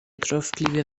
troskliwie